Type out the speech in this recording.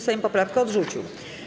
Sejm poprawkę odrzucił.